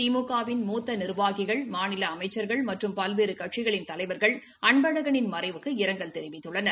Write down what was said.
திமுக வின் மூத்த நிர்வாகிகள் மாநில அமைச்சர்கள் மற்றும் பல்வேறு கட்சிகளின் தலைவர்கள் அன்பழகனின் மறைவுக்கு இரங்கல் தெரிவித்துள்ளனர்